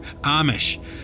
amish